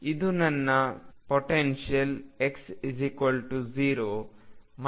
ಇದು ನನ್ನ potential L2 L2 ಇದೆ